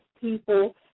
people